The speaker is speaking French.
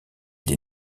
des